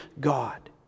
God